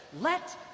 Let